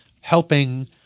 helping